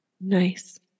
Nice